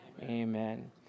Amen